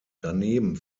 daneben